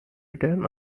return